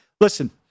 listen